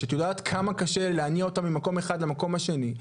שאת יודעת כמה קשה להניע אותם ממקום אחד למקום שני,